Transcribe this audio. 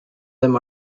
them